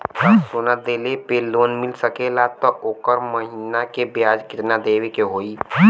का सोना देले पे लोन मिल सकेला त ओकर महीना के ब्याज कितनादेवे के होई?